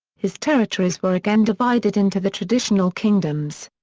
his territories were again divided into the traditional kingdoms.